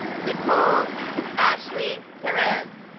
nicole ashley perez